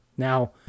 Now